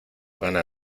gana